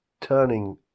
turning